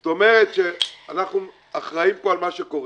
זאת אומרת, שאנחנו אחראים פה על מה שקורה.